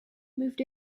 moved